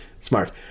Smart